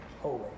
holy